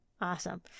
awesome